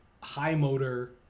high-motor